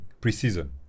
pre-season